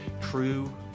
true